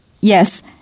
Yes